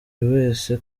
wese